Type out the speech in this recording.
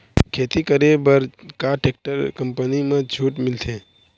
खेती करे बर का टेक्टर कंपनी म छूट मिलथे?